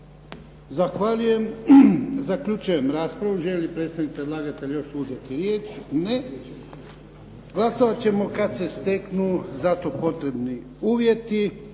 Zahvaljujem. Zaključujem raspravu. Želi li predstavnik predlagatelja još uzeti riječ? Ne. Glasovat ćemo kad se steknu za to potrebni uvjeti.